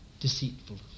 deceitful